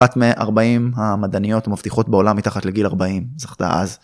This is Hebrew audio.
אחת מארבעים המדעניות מבטיחות בעולם מתחת לגיל ארבעים זכתה אז